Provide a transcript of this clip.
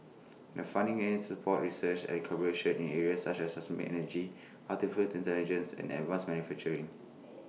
the funding aims to support research and collaboration in areas such as sustainable energy Artificial Intelligence and advanced manufacturing